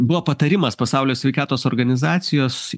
buvo patarimas pasaulio sveikatos organizacijos